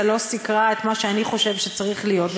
לא סיקרה את מה שאני חושב שצריך להיות,